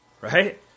Right